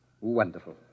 Wonderful